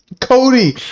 Cody